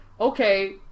okay